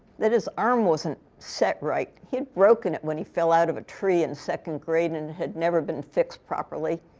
that his arm wasn't set right. he had broken it when he fell out of a tree in second grade. and it had never been fixed properly.